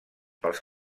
pels